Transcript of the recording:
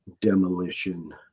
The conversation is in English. Demolition